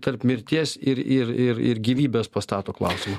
tarp mirties ir ir ir ir gyvybės pastato klausimą